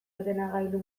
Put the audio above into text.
ordenagailu